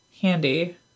handy